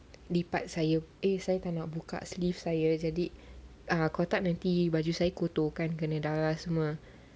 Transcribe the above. lipat saya eh saya tak nak buka sleeves saya jadi ah ku tak nanti baju saya kotor kan kena darah semua